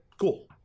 cool